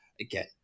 again